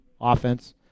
offense